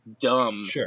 dumb